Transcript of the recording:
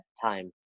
time